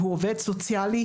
הוא עובד סוציאלי,